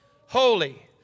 holy